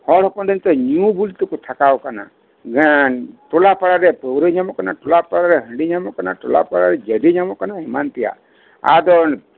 ᱪᱮᱫᱟᱜ ᱦᱚᱲ ᱦᱚᱯᱚᱱ ᱫᱚ ᱧᱩ ᱵᱩᱞ ᱛᱮᱠᱚ ᱛᱷᱟᱠᱟᱣ ᱟᱠᱟᱱᱟ ᱮᱜ ᱴᱚᱞᱟ ᱯᱟᱲᱟᱨᱮ ᱯᱟᱹᱣᱨᱟᱹ ᱧᱟᱢᱚᱜ ᱠᱟᱱᱟ ᱴᱚᱞᱟ ᱯᱟᱲᱟᱨᱮ ᱦᱟᱺᱰᱤ ᱧᱟᱢᱚᱜ ᱠᱟᱱᱟ ᱴᱚᱞᱟ ᱯᱟᱲᱟᱨᱮ ᱡᱮᱰᱤ ᱧᱟᱢᱚᱜ ᱠᱟᱱᱟ ᱮᱢᱟᱱ ᱛᱮᱭᱟᱜ ᱟᱫᱚ